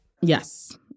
Yes